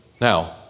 Now